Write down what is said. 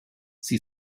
she